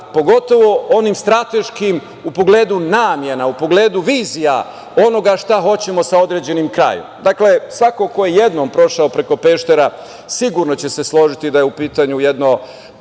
pogotovo onim strateškim u pogledu namena, u pogledu vizija onoga šta hoćemo sa određenim krajem. Dakle, svako ko je jednom prešao preko Peštera sigurno će se složiti da je u pitanju jedno